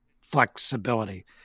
flexibility